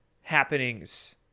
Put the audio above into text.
happenings